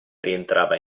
rientrava